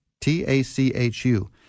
T-A-C-H-U